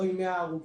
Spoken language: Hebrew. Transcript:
לא עם 100 הרוגים,